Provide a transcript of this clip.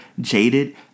Jaded